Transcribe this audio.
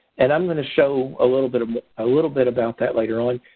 and i'm going to show a little bit um ah little bit about that later on.